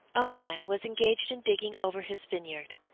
a man was engaged in digging over his vineyard,